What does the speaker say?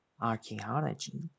Archaeology